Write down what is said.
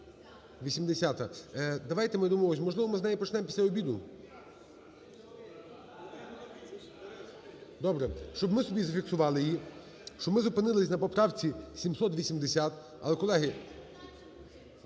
780-а. Давайте ми домовимося, можливо, ми з неї почнемо після обіду? Добре. Щоб ми собі зафіксували її, що ми зупинились на поправці 780. Але, колеги,